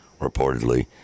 reportedly